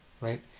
right